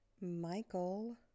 Michael